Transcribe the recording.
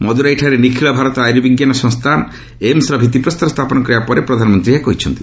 ମଦୁରାଇଠାରେ ନିଖିଳ ଭାରତ ଆର୍ୟୁବିଜ୍ଞାନ ସଂସ୍ଥା ଏମ୍ସର ଭିଭିପ୍ରସ୍ତର ସ୍ଥାପନ କରିବା ପରେ ପ୍ରଧାନମନ୍ତ୍ରୀ ଏହା କହିଛନ୍ତି